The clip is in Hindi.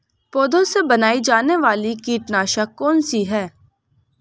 पौधों से बनाई जाने वाली कीटनाशक कौन सी है?